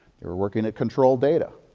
they were working at control data.